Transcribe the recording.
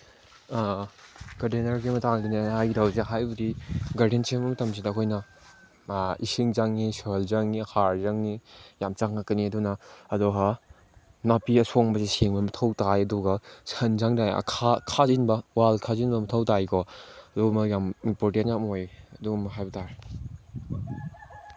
ꯀꯇꯤꯅꯔꯒꯤ ꯃꯇꯥꯡꯗꯅꯤ ꯑꯩ ꯍꯥꯏꯒꯦ ꯇꯧꯋꯤꯁꯦ ꯍꯥꯏꯕꯗꯤ ꯒꯥꯔꯗꯦꯟ ꯁꯦꯝꯕ ꯃꯇꯝꯁꯤꯗ ꯑꯩꯈꯣꯏꯅ ꯏꯁꯤꯡ ꯆꯪꯉꯤ ꯁꯣꯏꯜ ꯆꯪꯉꯤ ꯍꯥꯔ ꯆꯪꯅꯤ ꯌꯥꯝ ꯆꯪꯉꯛꯀꯅꯤ ꯑꯗꯨꯅ ꯑꯗꯨꯒ ꯅꯥꯄꯤ ꯑꯁꯣꯡꯕꯁꯦ ꯁꯦꯡꯕ ꯃꯊꯧ ꯇꯥꯏ ꯑꯗꯨꯒ ꯁꯟ ꯆꯪꯗꯉꯥꯏ ꯈꯥꯖꯤꯟꯕ ꯋꯥꯜ ꯈꯥꯖꯤꯟꯕ ꯃꯊꯧ ꯇꯥꯏꯀꯣ ꯑꯗꯨ ꯃꯣꯏꯒ ꯏꯝꯄꯣꯔꯇꯦꯟ ꯌꯥꯝ ꯑꯣꯏꯌꯦ ꯑꯗꯨꯒꯨꯝꯕ ꯍꯥꯏꯕ ꯇꯥꯔꯦ